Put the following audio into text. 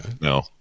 No